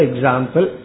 example